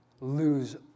lose